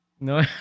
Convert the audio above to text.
no